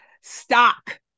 Stock